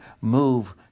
move